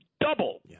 Double